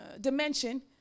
dimension